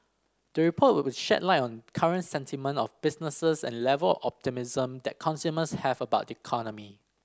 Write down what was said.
the report will shed light on current sentiment of businesses and level optimism that consumers have about the economy